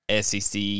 SEC